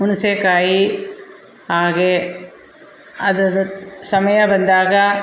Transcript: ಹುಣಿಸೆಕಾಯಿ ಹಾಗೆ ಅದರ ಸಮಯ ಬಂದಾಗ